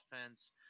offense